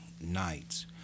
nights